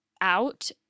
out